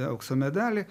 aukso medalį